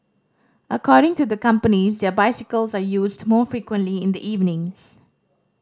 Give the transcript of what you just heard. according to the companies their bicycles are used more frequently in the evenings